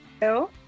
Hello